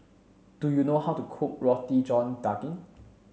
do you know how to cook Roti John Daging